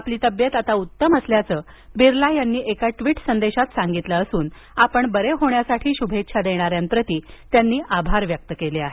आपली तब्येत आता उत्तम असल्याचं बिर्ला यांनी एका ट्विट संदेशात सांगितलं असून आपण बरे होण्यासाठी शुभेच्छा देणाऱ्यांप्रती त्यांनी आभार व्यक्त केले आहेत